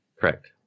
Correct